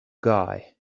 guy